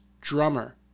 drummer